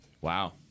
Wow